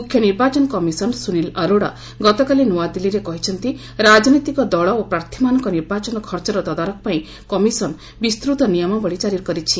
ମୁଖ୍ୟ ନିର୍ବାଚନ କମିଶନ ସୁନୀଲ ଅରୋଡା ଗତକାଲି ନୂଆଦିଲ୍ଲୀରେ କହିଛନ୍ତି' ରାଜନୈତିକ ଦଳ ଓ ପ୍ରାର୍ଥୀମାନଙ୍କ ନିର୍ବାଚନ ଖର୍ଚ୍ଚର ତଦାରଖ ପାଇଁ କମିଶନ ବିସ୍ତୃତ ନିୟମାବଳୀ କାରି କରିଛି